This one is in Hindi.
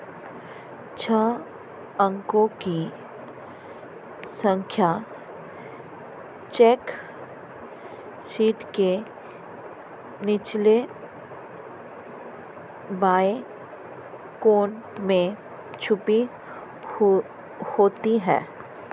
छह अंकों की संख्या चेक शीट के निचले बाएं कोने में छपी होती है